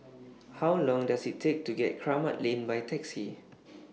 How Long Does IT Take to get to Kramat Lane By Taxi